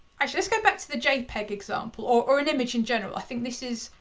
i should just go back to the jpeg example or an image in general. i think this is.